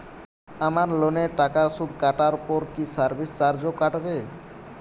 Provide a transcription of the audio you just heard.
আমার লোনের টাকার সুদ কাটারপর কি সার্ভিস চার্জও কাটবে?